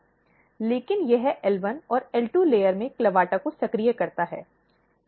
लेकिन यह L1 और L2 लेयर में CLAVATA को सक्रिय करता है